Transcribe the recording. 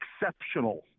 exceptional